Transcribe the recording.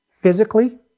physically